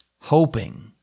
hoping